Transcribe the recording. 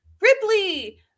Ripley